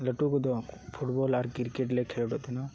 ᱞᱟᱹᱴᱩ ᱠᱚᱫᱚ ᱯᱷᱩᱴᱵᱚᱞ ᱟᱨ ᱠᱤᱨᱠᱮᱴ ᱞᱮ ᱠᱷᱮᱞᱳᱰᱮᱜ ᱛᱟᱦᱮᱱᱟ